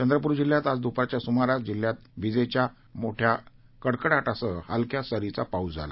चंद्रपूर जिल्ह्यात आज दुपारच्या सुमारास विजेच्या मोठ्या कडकडाटासह हलक्या सरीचा पाऊस झाला